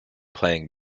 playing